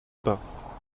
pas